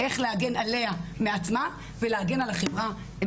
איך להגן עליה מעצמה ולהגן על החברה.